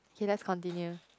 k lets continue